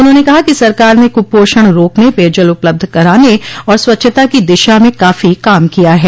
उन्होंने कहा कि सरकार ने कुपोषण रोकने पेयजल उपलब्ध कराने और स्वच्छता की दिशा में काफी काम किया है